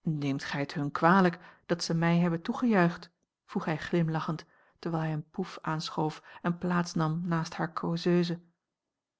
neemt gij het hun kwalijk dat zij mij hebben toegejuicht vroeg hij glimlachend terwijl hij een pouff aanschoof en plaats nam naast hare